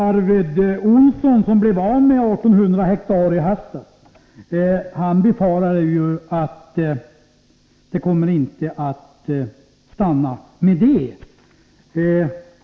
Arvid Olsson, som blev av med 1 800 hektar i höstas, befarar enligt tidningsartikeln att det inte kommer att stanna vid det.